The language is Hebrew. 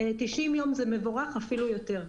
90 יום זה מבורך, אפילו יותר.